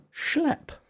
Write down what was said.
schlep